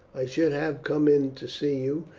i should have come in to see you,